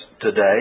today